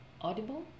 audible